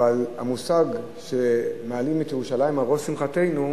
אבל המושג ש"מעלים את ירושלים על ראש שמחתנו"